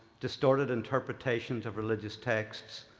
distorted interpretations of religious texts,